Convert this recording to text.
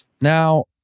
Now